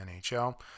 NHL